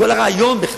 כל הרעיון בכלל,